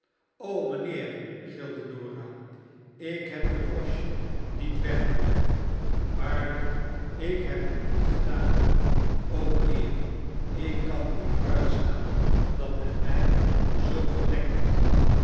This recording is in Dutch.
gilde norah ik heb de broche niet weggenomen waarlijk ik heb het niet gedaan mijnheer ik kan niet uitstaan dat men xnjj zoo verdenkt